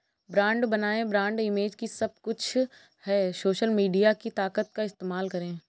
brand बनाएं, brand image ही सब कुछ है, सोशल मीडिया की ताकत का इस्तेमाल करें